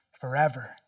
forever